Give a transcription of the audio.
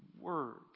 words